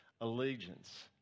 allegiance